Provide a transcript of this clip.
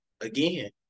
again